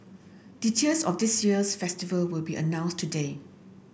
details of this year's festival will be announced today